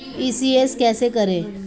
ECS कैसे करें?